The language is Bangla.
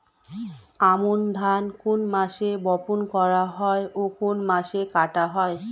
আমন ধান কোন মাসে বপন করা হয় ও কোন মাসে কাটা হয়?